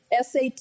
SAT